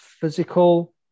physical